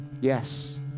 Yes